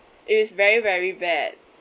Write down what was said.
it's very very bad